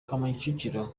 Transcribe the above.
kicukiro